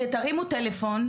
תרימו טלפון,